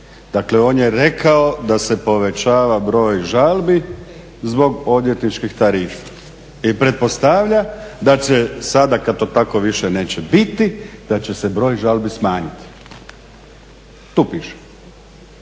dakle on je rekao da se povećava broj žalbi zbog odvjetničkih tarifa i pretpostavlja da će sada kad to tako više neće biti da će se broj žalbi smanjiti. Tu piše.